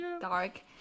dark